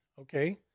okay